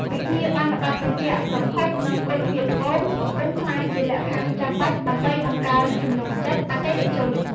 វិញ្ញាបនបត្របញ្ជាក់ប្រភព និងគុណភាពត្បូង កំពុងក្លាយជាលក្ខខណ្ឌចាំបាច់ដើម្បីបង្កើនទំនុកចិត្តអតិថិជន។